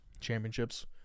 championships